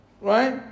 Right